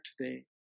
today